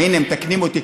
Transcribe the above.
הינה, מתקנים אותי.